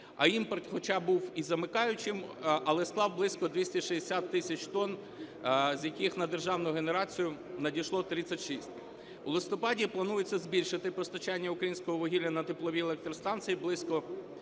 А імпорт хоча був і замикаючим, але склав близько 260 тисяч тонн, з яких на державну генерацію надійшло 36. В листопаді планується збільшити постачання українського вугілля на теплові електростанції близько